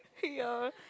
ya